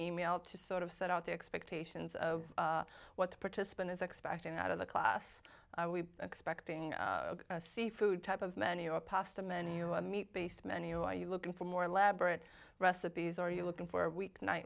email to sort of set out to expectations of what the participant is expecting out of the class expecting seafood type of many or pasta menu a meat based menu are you looking for more elaborate recipes or are you looking for weeknight